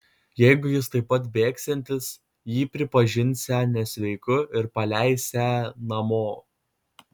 jeigu jis taip bėgsiantis jį pripažinsią nesveiku ir paleisią namo